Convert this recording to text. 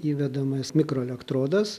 įvedamas mikroelektrodas